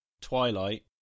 twilight